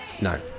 No